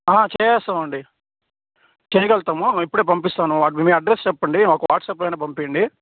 చేస్తాం అండి చేయగలుగుతాము ఇప్పుడు పంపిస్తాను మీ అడ్రస్ చెప్పండి మాకు వాట్సాప్లో పంపించండి